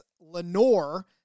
Lenore